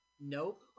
Nope